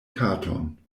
karton